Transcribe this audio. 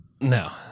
No